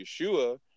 Yeshua